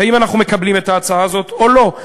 האם אנחנו מקבלים את ההצעה הזאת או לא.